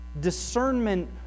Discernment